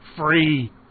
free